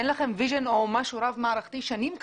אין לכם ויז'ן רב-מערכתי שנים קדימה.